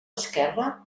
esquerre